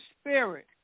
spirit